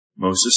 Moses